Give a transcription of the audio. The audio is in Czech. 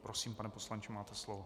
Prosím, pane poslanče, máte slovo.